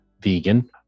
vegan